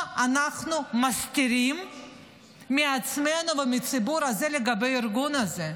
מה אנחנו מסתירים מעצמנו ומהציבור הזה לגבי הארגון הזה?